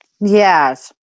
Yes